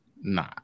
Nah